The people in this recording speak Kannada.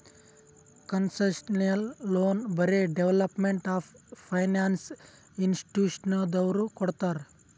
ಕನ್ಸೆಷನಲ್ ಲೋನ್ ಬರೇ ಡೆವೆಲಪ್ಮೆಂಟ್ ಆಫ್ ಫೈನಾನ್ಸ್ ಇನ್ಸ್ಟಿಟ್ಯೂಷನದವ್ರು ಕೊಡ್ತಾರ್